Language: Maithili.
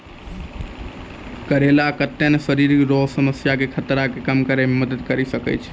करेला कत्ते ने शरीर रो समस्या के खतरा के कम करै मे मदद करी सकै छै